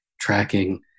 tracking